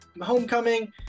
homecoming